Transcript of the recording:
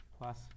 plus